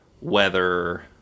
weather